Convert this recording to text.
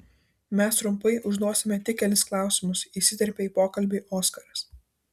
mes trumpai užduosime tik kelis klausimus įsiterpė į pokalbį oskaras